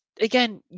again